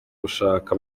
gushaka